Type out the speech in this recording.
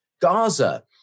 Gaza